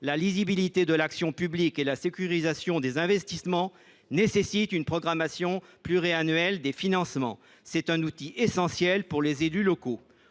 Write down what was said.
La lisibilité de l’action publique et la sécurisation des investissements nécessitent une programmation pluriannuelle des financements : c’est un outil essentiel pour les élus locaux.